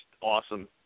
awesome